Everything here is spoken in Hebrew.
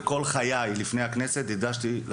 ובכל מהלך חיי לפני הגעתי לכנסת,